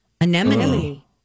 Anemone